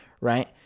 right